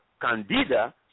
candida